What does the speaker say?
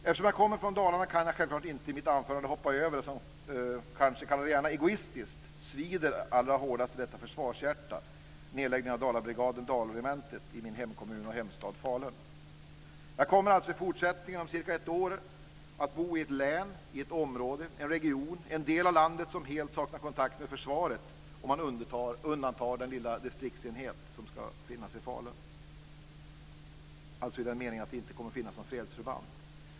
Eftersom jag kommer från Dalarna kan jag självklart inte i mitt anförande hoppa över det som kanske - kalla det gärna egoistiskt - svider allra hårdast i detta försvarshjärta: Nedläggningen av Dalabrigaden/Dalregementet i min hemkommun och hemstad Jag kommer alltså i fortsättningen, om cirka ett år, att bo i ett län, ett område, en region, en del av landet som helt saknar kontakt med försvaret i den meningen att det inte kommer att finnas något fredsförband, om man undantar den lilla distriktsenhet som ska finnas i Falun.